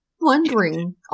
Wondering